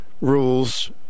rules